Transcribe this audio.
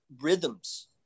rhythms